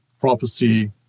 prophecy